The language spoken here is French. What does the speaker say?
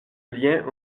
lien